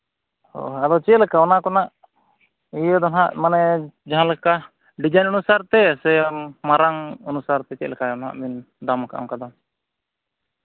ᱦᱳᱭ ᱟᱫᱚ ᱪᱮᱫ ᱞᱮᱠᱟ ᱚᱱᱟ ᱠᱚᱨᱮᱱᱟᱜ ᱤᱭᱟᱹ ᱫᱚ ᱦᱟᱸᱜ ᱢᱟᱱᱮ ᱡᱟᱦᱟᱸ ᱞᱮᱠᱟ ᱰᱤᱡᱟᱭᱤᱱ ᱚᱱᱩᱥᱟᱨ ᱛᱮ ᱥᱮ ᱢᱟᱨᱟᱝ ᱚᱱᱩᱥᱟᱨ ᱛᱮ ᱪᱮᱫ ᱞᱮᱠᱟᱭᱟᱢ ᱦᱟᱸᱜ ᱢᱮᱱ ᱫᱟᱢ ᱠᱟᱜ ᱟᱢ ᱚᱱᱠᱟ ᱫᱚ